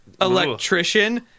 electrician